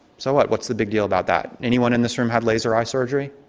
so what? what's the big deal about that? anyone in this room had laser eye surgery?